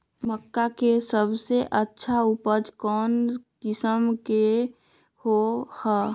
मक्का के सबसे अच्छा उपज कौन किस्म के होअ ह?